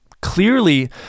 clearly